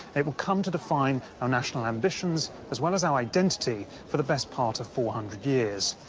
it would come to define our national ambitions as well as our identity for the best part of four hundred years.